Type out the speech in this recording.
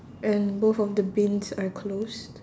and both of the bins are closed